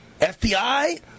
FBI